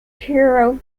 hero